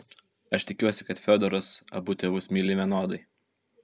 aš tikiuosi kad fiodoras abu tėvus myli vienodai